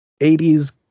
80s